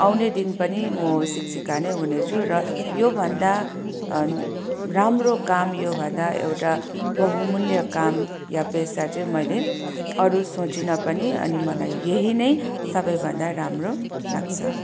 आउने दिन पनि म शिक्षिका नै हुनेछु र योभन्दा राम्रो काम योभन्दा एउटा बहुमूल्य काम या पेसा चाहिँ मैले अरू सोचिनँ पनि अनि मलाई यही नै सबैभन्दा राम्रो लाग्छ